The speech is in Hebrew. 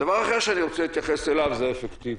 הדבר האחר שאני רוצה להתייחס אליו זה האפקטיביות.